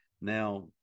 Now